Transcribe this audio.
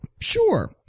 sure